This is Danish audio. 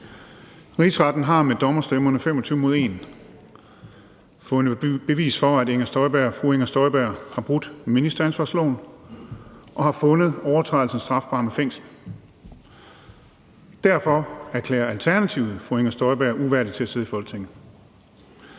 Rigsretten har med dommerstemmerne 25 mod 1 fundet bevis for, at fru Inger Støjberg har brudt ministeransvarsloven, og retten har fundet overtrædelsen strafbar med fængsel. Derfor erklærer Alternativet fru Inger Støjberg uværdig til at sidde i Folketinget.